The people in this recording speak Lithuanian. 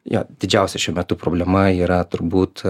jo didžiausia šiuo metu problema yra turbūt